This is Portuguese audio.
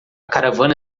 caravana